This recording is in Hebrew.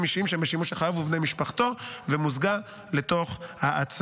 אישיים שהם בשימוש החייב ובני משפחתו ומוזגה לתוך ההצעה.